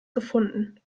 gefunden